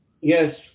Yes